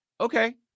Okay